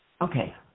Okay